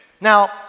Now